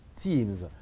teams